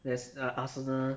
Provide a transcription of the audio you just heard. there's uh arsenal